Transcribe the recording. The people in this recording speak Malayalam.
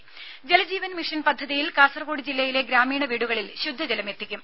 രുമ ജലജീവൻ മിഷൻ പദ്ധതിയിൽ കാസർകോട് ജില്ലയിലെ ഗ്രാമീണ വീടുകളിൽ ശുദ്ധജലമെത്തിക്കും